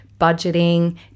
budgeting